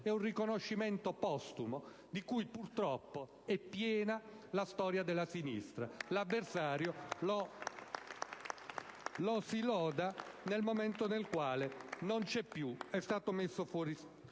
un riconoscimento postumo, di cui purtroppo è piena la storia della sinistra: l'avversario lo si loda nel momento in cui non c'è più ed è stato messo fuori